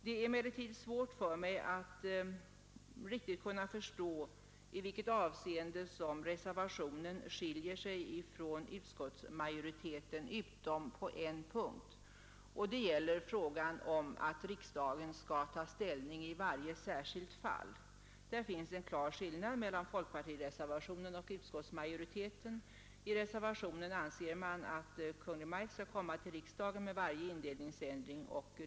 Det är emellertid svårt för mig att riktigt kunna förstå i vilket avseende som reservationen skiljer sig från utskottsmajoritetens förslag utom på en punkt, och det gäller frågan om att riksdagen skall ta ställning till varje indelningsändring. Här finns en klar skillnad mellan folkpartireservationen och utskottsmajoritetens förslag. I reservationen anser man att Kungl. Maj:t skall komma till riksdagen med varje indelningsändring.